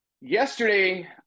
yesterday